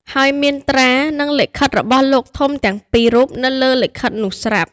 ហើយមានត្រា និង ហត្ថលេខា របស់លោកធំទាំងពីររូបនៅលើលិខិតនោះស្រាប់។